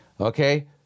Okay